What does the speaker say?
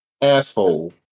Asshole